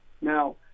Now